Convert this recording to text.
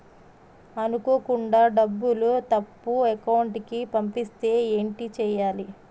అనుకోకుండా డబ్బులు తప్పు అకౌంట్ కి పంపిస్తే ఏంటి చెయ్యాలి?